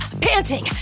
panting